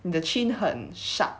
the chin 很 sharp